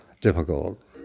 difficult